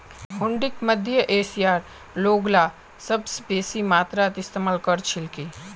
हुंडीक मध्य एशियार लोगला सबस बेसी मात्रात इस्तमाल कर छिल की